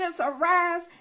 arise